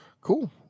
Cool